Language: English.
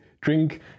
drink